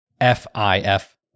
F-I-F